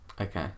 Okay